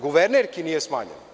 Guvernerki nije smanjeno.